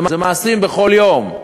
זה מעשים בכל יום.